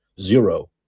Zero